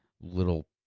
little